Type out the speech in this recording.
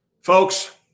Folks